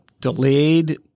delayed